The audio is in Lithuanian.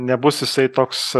nebus jisai toks